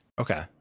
Okay